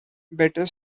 better